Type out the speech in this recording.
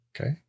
Okay